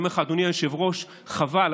אני אומר לך, אדוני היושב-ראש, חבל.